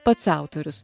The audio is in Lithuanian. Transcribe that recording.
pats autorius